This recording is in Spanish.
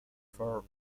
for